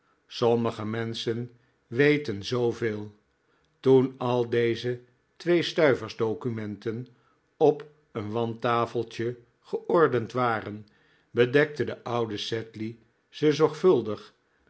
sommige menschen weten zooveel toen al deze tweestuivers documenten op een wandtafeltje georderd waren bedekte de oude sedley ze zorgvuldig